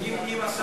במליאה?